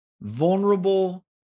vulnerable